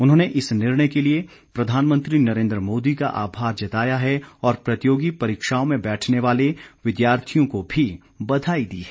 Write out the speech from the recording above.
उन्होंने इस निर्णय के लिए प्रधानमंत्री नरेन्द्र मोदी का आभार जताया है और प्रतियोगी परीक्षाओं में बैठने वाले विद्यार्थियों को भी बधाई दी है